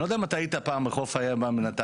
ואני לא יודע אם אתה היית פעם בחוף הים בנתניה,